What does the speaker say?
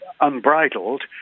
unbridled